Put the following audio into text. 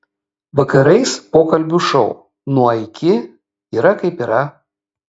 vakarais pokalbių šou nuo iki yra kaip yra